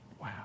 Wow